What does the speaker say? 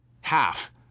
half